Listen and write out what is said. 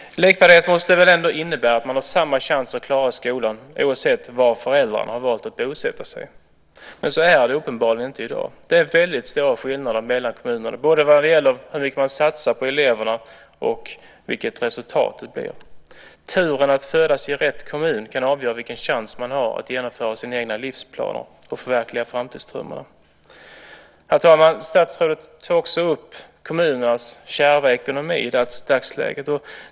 Likvärdighet måste väl ändå innebära att man har samma chans att klara skolan oavsett var föräldrarna har valt att bosätta sig. Men så är det uppenbarligen inte i dag. Det är väldigt stora skillnader mellan kommunerna, både vad gäller hur mycket man satsar på eleverna och vilket resultatet blir. Turen att födas i rätt kommun kan avgöra vilken chans man har att genomföra sina egna livsplaner och förverkliga framtidsdrömmar. Herr talman! Statsrådet tog också upp kommunernas kärva ekonomi i dagsläget.